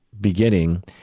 beginning